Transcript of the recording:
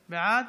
בעד,